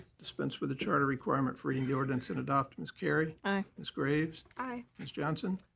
dispense with the charter requirement for reading the ordinance and adopt. ms. carry. aye. ms. graves. aye. ms. johnson.